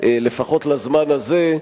לפחות לזמן הזה,